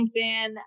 LinkedIn